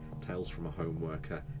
talesfromahomeworker